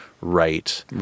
Right